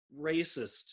racist